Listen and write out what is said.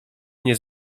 nie